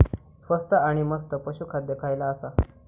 स्वस्त आणि मस्त पशू खाद्य खयला आसा?